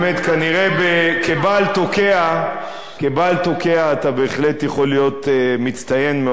כנראה כבעל תוקע אתה בהחלט יכול להיות מצטיין מאוד,